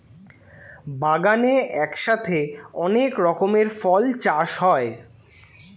বাগানে একসাথে অনেক রকমের ফল চাষ হয়